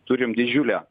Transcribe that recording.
turim didžiulę